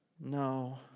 No